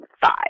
five